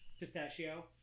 Pistachio